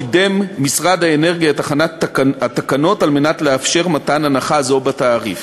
קידם משרד האנרגיה את הכנת התקנות על מנת לאפשר מתן הנחה זו בתעריף.